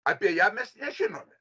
apie ją mes nežinome